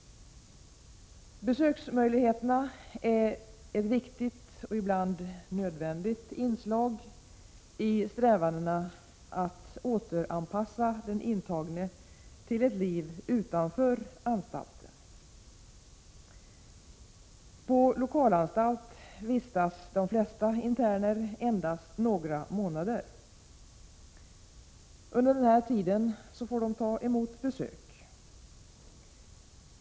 Besöksmöjligheterna är ett viktigt och ibland nödvändigt inslag i strävandena att återanpassa den intagne till ett liv utanför anstalten. På lokalanstalt vistas de flesta interner endast några månader. Under denna tid får de ta emot besök.